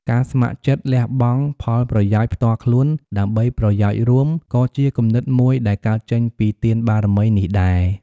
ការស្ម័គ្រចិត្តលះបង់ផលប្រយោជន៍ផ្ទាល់ខ្លួនដើម្បីប្រយោជន៍រួម ក៏ជាគំនិតមួយដែលកើតចេញពីទានបារមីនេះដែរ។